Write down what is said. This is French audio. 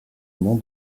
non